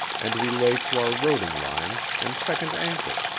and we lay to our roding line and second anchor,